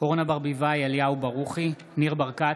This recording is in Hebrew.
אורנה ברביבאי, אליהו ברוכי, ניר ברקת.